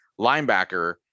linebacker